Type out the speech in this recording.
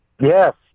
yes